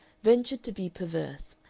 ventured to be perverse,